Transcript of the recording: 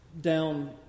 down